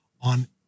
on